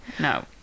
no